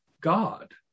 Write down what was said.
God